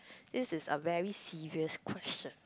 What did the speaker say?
this is a very serious question